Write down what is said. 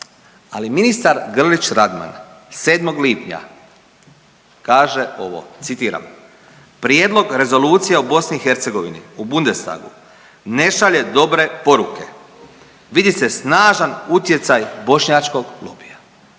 Ali ministar Grlić Radman 7. lipnja kaže ovo, citiram: Prijedlog rezolucije o BiH u Bundestagu ne šalje dobre poruke, vidi se snažan utjecaj bošnjačkog lobija.